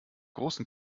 großen